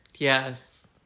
Yes